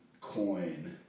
coin